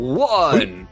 one